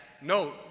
note